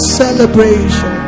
celebration